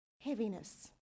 heaviness